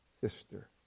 sister